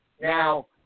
Now